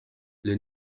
les